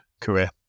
career